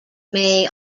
may